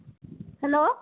hello